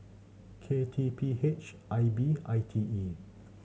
K T P H I B I T E